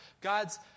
God's